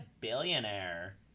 billionaire